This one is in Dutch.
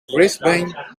brisbane